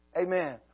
Amen